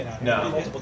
No